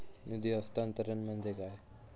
निधी हस्तांतरण म्हणजे काय?